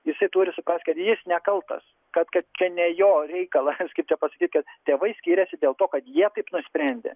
jisai turi suprasti kad jis nekaltas kad kad čia ne jo reikalas kaip čia pasakyt kad tėvai skiriasi dėl to kad jie taip nusprendė